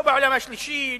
לא בעולם השלישי,